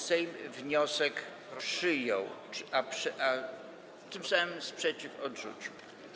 Sejm wniosek przyjął, a tym samym sprzeciw odrzucił.